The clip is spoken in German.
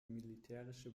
militärische